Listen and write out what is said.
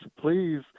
please